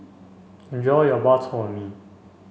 enjoy your Bak Chor Mee